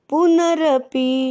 Punarapi